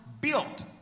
built